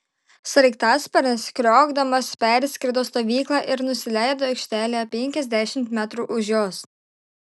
sraigtasparnis kriokdamas perskrido stovyklą ir nusileido aikštelėje penkiasdešimt metrų už jos